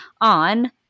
on